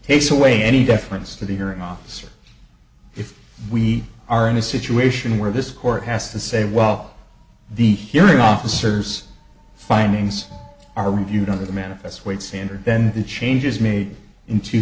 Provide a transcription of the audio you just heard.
takes away any deference to the hearing officer if we are in a situation where this court has to say well the hearing officers findings are reviewed under the manifest weight standard then the changes made in two